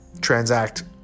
transact